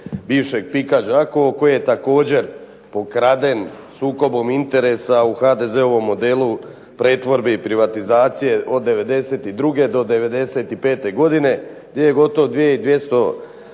bivšeg PIK-a Đakovo koji je također pokraden sukobom interesa u HDZ-ovom modelu pretvorbe i privatizacije od '92. do '95. godine gdje je gotovo 2200